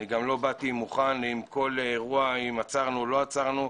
אני גם לא באתי מוכן לגבי כל אירוע האם עצרנו או לא עצרנו,